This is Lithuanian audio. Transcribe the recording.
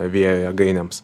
vėjo jėgainėms